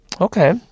Okay